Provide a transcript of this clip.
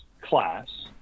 class